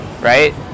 right